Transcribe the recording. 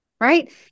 right